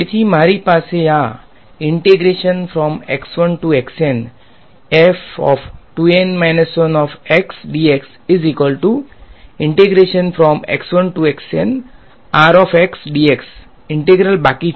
તેથી મારી પાસે આ ઈંટેગ્રલ બાકી છે